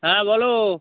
হ্যাঁ বলো